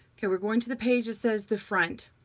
okay, we're going to the page, it says the front,